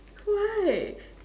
why